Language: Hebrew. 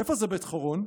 איפה זה בית חורון?